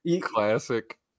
Classic